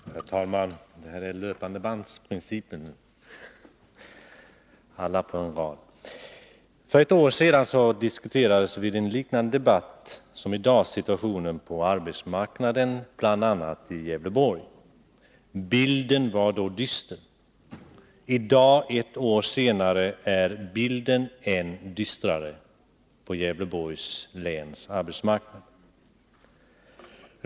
Herr talman! Här tillämpas löpandebandsprincipen med alla talare på en rad. För ett år sedan diskuterades vid en liknande debatt som i dag situationen på arbetsmarknaden bl.a. i Gävleborgs län. Bilden var då dyster. I dag — ett år senare — är bilden än dystrare i fråga om Gävleborgs läns arbetsmarknad.